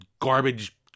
garbage